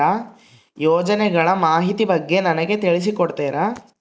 ಯೋಜನೆಗಳ ಮಾಹಿತಿ ಬಗ್ಗೆ ನನಗೆ ತಿಳಿಸಿ ಕೊಡ್ತೇರಾ?